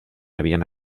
havien